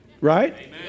right